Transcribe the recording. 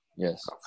Yes